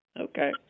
Okay